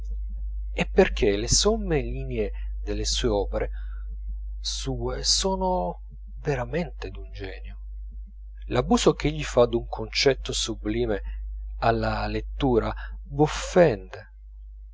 è perchè le somme linee delle opere sue sono veramente d'un genio l'abuso ch'egli fa d'un concetto sublime alla lettura v'offende